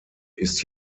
ist